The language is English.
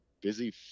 busy